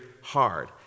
hard